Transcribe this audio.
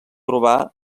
urbà